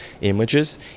images